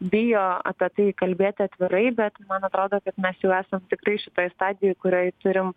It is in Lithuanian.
bijo apie tai kalbėti atvirai bet man atrodo kad mes jau esam tikrai šitoj stadijoj kurioj turim